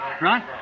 Right